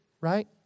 right